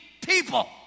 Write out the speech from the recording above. people